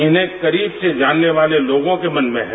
इन्हें करीब से जानने वाले लोगों के मन में है